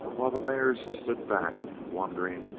while the mares stood back, wondering,